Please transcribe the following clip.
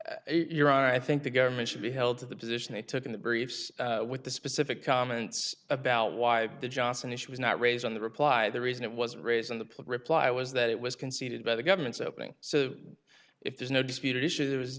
your i think the government should be held to the position it took in the briefs with the specific comments about why the johnson issue was not raised on the reply the reason it was raised on the plate reply was that it was conceded by the government's opening so the if there's no dispute issue there was